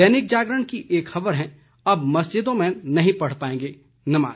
दैनिक जागरण की एक खबर है अब मस्जिदों में नहीं पढ़ पाएंगे नमाज